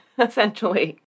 essentially